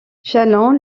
châlons